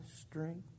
strength